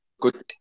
good